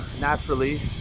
naturally